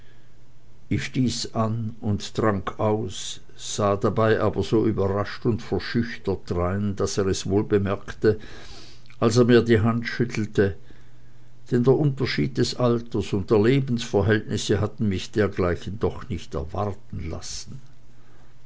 ich stieß an und trank aus sah dabei aber so überrascht und verschüchtert drein daß er es wohl bemerkte als er mir die hand schüttelte denn der unterschied des alters und der lebensverhältnisse hatten mich dergleichen doch nicht erwarten lassen